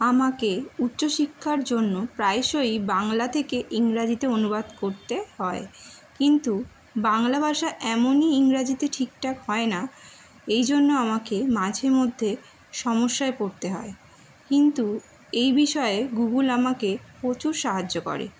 আমাকে উচ্চ শিক্ষার জন্য প্রায়শই বাংলা থেকে ইংরাজিতে অনুবাদ করতে হয় কিন্তু বাংলা ভাষা এমনই ইংরাজিতে ঠিক ঠাক হয় না এই জন্য আমাকে মাঝে মধ্যে সমস্যায় পড়তে হয় কিন্তু এই বিষয়ে গুগল আমাকে প্রচুর সাহায্য করে